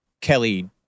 kelly